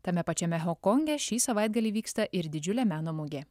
tame pačiame honkonge šį savaitgalį vyksta ir didžiulė meno mugė